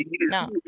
No